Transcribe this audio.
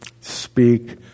Speak